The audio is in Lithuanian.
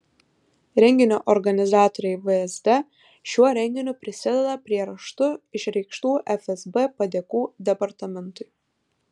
renginio organizatoriai vsd šiuo renginiu prisideda prie raštu išreikštų fsb padėkų departamentui